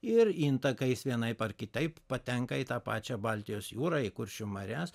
ir intakais vienaip ar kitaip patenka į tą pačią baltijos jūrą į kuršių marias